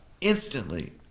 instantly